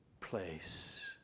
place